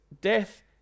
death